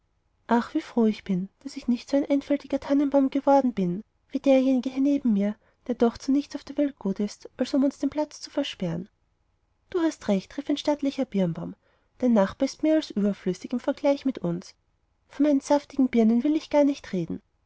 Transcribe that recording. ach wie froh ich bin daß ich nicht so ein einfältiger tannenbaum geworden bin wie derjenige hier neben mir der doch zu nichts auf der welt gut ist als um uns den platz zu versperren du hast recht rief ein stattlicher birnbaum dein nachbar ist mehr als überflüssig im vergleich mit uns von meinen saftigen birnen will ich noch gar nicht reden